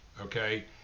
okay